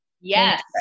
Yes